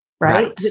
Right